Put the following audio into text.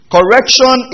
Correction